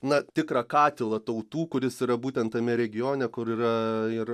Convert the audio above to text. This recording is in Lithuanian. na tikrą katilą tautų kuris yra būtent tame regione kur yra ir